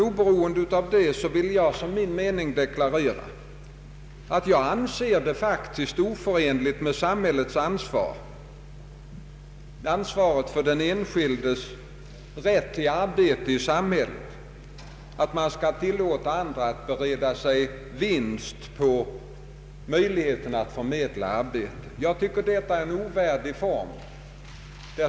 Oberoende av detta vill jag som min mening deklarera att jag faktiskt anser det oförenligt med sam hällets ansvar, med ansvaret för den enskildes rätt till arbete i samhället, att tillåta andra att bereda sig vinst på möjligheten att förmedla arbete. Jag anser att det är en ovärdig form.